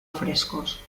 frescos